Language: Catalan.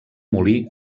molí